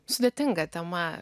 sudėtinga tema